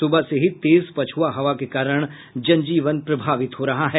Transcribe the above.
सुबह से ही तेज पछुआ हवा के कारण जनजीवन प्रभावित है